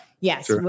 yes